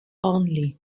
only